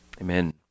Amen